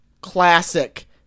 classic